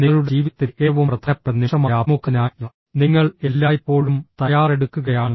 നിങ്ങളുടെ ജീവിതത്തിലെ ഏറ്റവും പ്രധാനപ്പെട്ട നിമിഷമായ അഭിമുഖത്തിനായി നിങ്ങൾ എല്ലായ്പ്പോഴും തയ്യാറെടുക്കുകയാണ്